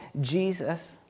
Jesus